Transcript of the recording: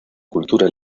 cultura